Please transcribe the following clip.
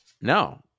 No